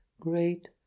great